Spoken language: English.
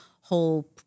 whole